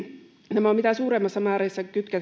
nämä ovat mitä suurimmassa määrin